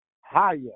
Higher